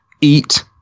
eat